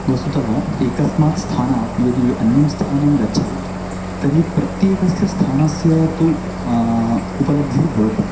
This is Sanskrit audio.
वस्तुतः एकस्मात् स्थानात् यदि अन्यत् स्थानं गच्छेत् तर्हि प्रत्येकस्य स्थानस्य तु उपलब्धिः भवति